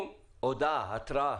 האם הודעה, התראה,